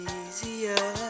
easier